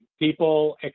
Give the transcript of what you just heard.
People